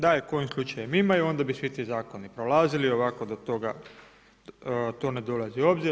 Da je kojim slučajem imaju onda bi svi ti zakoni prolazili, ovako do toga, to ne dolazi u obzir.